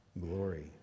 glory